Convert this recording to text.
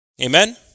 Amen